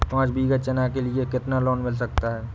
पाँच बीघा चना के लिए कितना लोन मिल सकता है?